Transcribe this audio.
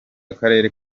akarere